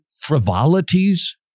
frivolities